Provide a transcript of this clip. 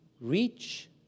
Reach